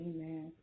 Amen